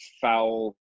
foul